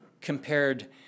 compared